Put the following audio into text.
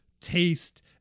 taste